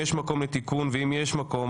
יונתן מישרקי,